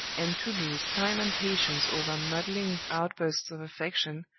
and to lose time and patience over maudlin outbursts of affection,